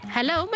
Hello